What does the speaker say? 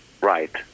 right